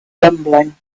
rumbling